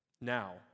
Now